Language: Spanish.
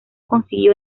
consiguió